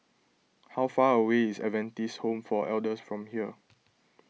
how far away is Adventist Home for Elders from here